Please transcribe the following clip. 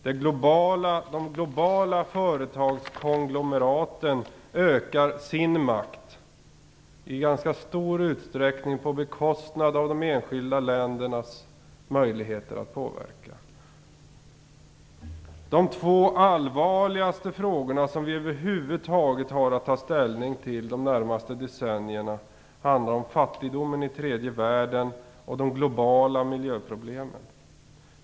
De globala företagskonglomeraten ökar sin makt - i ganska stor utsträckning på bekostnad av de enskilda ländernas möjligheter att påverka. De två allvarligaste frågor vi över huvud taget har att ta ställning till de närmaste decennierna handlar om fattigdomen i tredje världen och de globala miljöproblemen.